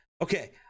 okay